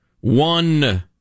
one